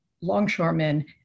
longshoremen